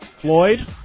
Floyd